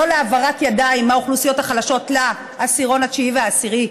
להעברת ידיים מהאוכלוסיות החלשות לעשירון התשיעי והעשירי,